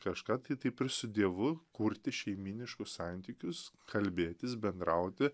kažką tai taip ir su dievu kurti šeimyniškus santykius kalbėtis bendrauti